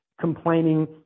complaining